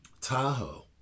Tahoe